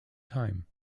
time